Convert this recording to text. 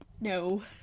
No